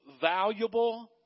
valuable